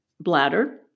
bladder